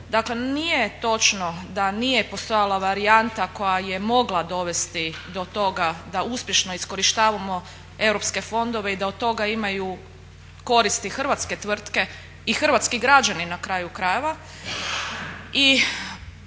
Dakle nije točno da nije postojala varijanta koja je mogla dovesti do toga da uspješno iskorištavamo europske fondove i da od toga imaju koristi hrvatske tvrtke i hrvatski građani na kraju krajeva